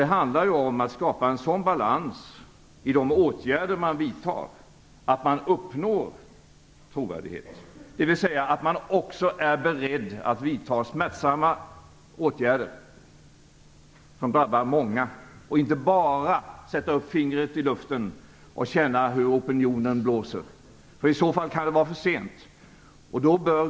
Det handlar ju om att skapa en sådan balans i de åtgärder som man vidtar att man uppnår trovärdighet, dvs. att man också är beredd att vidta smärtsamma åtgärder som drabbar många. Man kan inte bara sätta upp fingret i luften och känna hur opinionen blåser. Åtgärderna kan då komma för sent.